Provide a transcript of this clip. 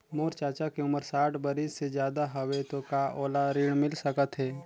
मोर चाचा के उमर साठ बरिस से ज्यादा हवे तो का ओला ऋण मिल सकत हे?